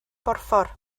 borffor